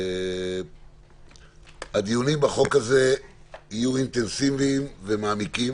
הדיונים בחוק הזה יהיו אינטנסיביים ומעמיקים.